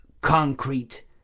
concrete